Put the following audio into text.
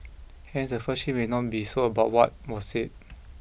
hence the first shift may not be so about what was said